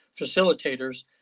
facilitators